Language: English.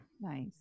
nice